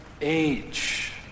age